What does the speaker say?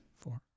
four